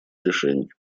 решений